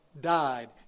died